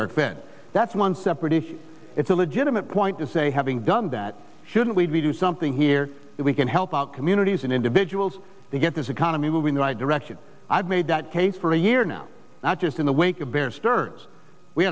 york then that's one separate if it's a legitimate point to say having done that shouldn't we do something here if we can help our communities and individuals to get this economy moving the right direction i've made that case for a year now not just in the wake of